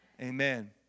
Amen